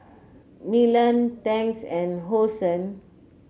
Milan Tangs and Hosen